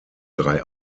drei